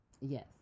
Yes